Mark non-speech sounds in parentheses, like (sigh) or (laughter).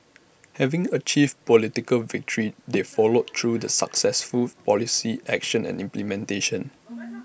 having achieved political victory they followed through the successful policy action and implementation (noise)